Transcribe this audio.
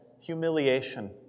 humiliation